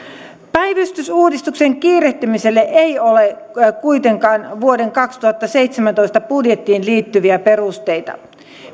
päivystysuudistuksen kiirehtimiselle ei ole kuitenkaan vuoden kaksituhattaseitsemäntoista budjettiin liittyviä perusteita